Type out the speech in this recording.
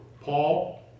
Paul